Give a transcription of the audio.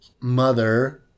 mother